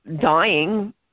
dying